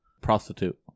Prostitute